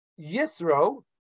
Yisro